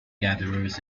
gatherers